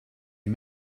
you